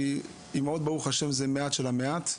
כי אימהות ברוך השם זה מעט של המעט.